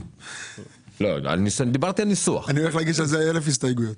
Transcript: אני הולך להגיש על זה אלף הסתייגויות.